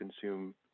consume